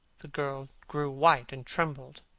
the girl grew white, and trembled.